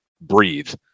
breathe